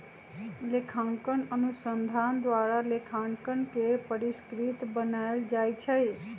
लेखांकन अनुसंधान द्वारा लेखांकन के परिष्कृत बनायल जाइ छइ